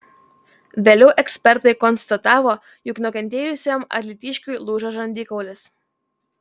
vėliau ekspertai konstatavo jog nukentėjusiam alytiškiui lūžo žandikaulis